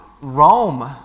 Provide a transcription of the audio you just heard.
Rome